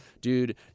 dude